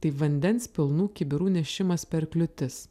tai vandens pilnų kibirų nešimas per kliūtis